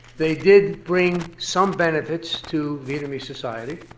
they did bring some benefits to vietnamese society.